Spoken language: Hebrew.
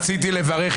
גברתי היועצת המשפטית?